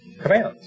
commands